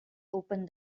open